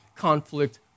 Conflict